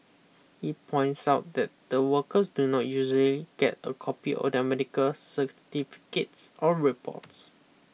he points out that the workers do not usually get a copy or certificates or reports